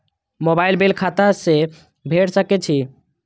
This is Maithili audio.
मोबाईल बील खाता से भेड़ सके छि?